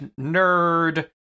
nerd